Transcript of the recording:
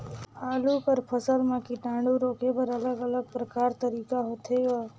आलू कर फसल म कीटाणु रोके बर अलग अलग प्रकार तरीका होथे ग?